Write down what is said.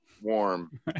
warm